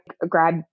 grab